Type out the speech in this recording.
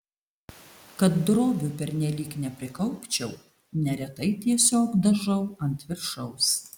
kad drobių pernelyg neprikaupčiau neretai tiesiog dažau ant viršaus